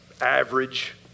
average